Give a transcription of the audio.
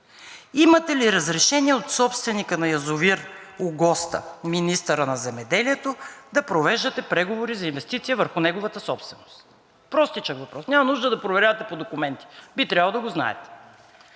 имате ли разрешение от собственика на язовир „Огоста“ – министърът на земеделието, да провеждате преговори за инвестиция върху неговата собственост? Простичък въпрос. Няма нужда да проверявате по документи, би трябвало да го знаете.